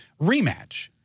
rematch